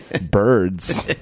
birds